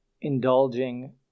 indulging